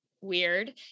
weird